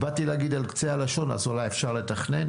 ובאתי להגיד על קצה הלשון אז אולי אפשר לתכנן